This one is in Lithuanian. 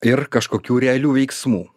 ir kažkokių realių veiksmų